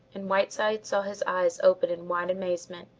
and whiteside saw his eyes open in wide amazement.